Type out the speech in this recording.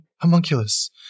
Homunculus